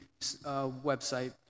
website